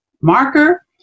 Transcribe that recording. marker